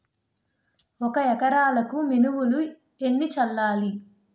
ఒక ఎకరాలకు మినువులు ఎన్ని చల్లాలి?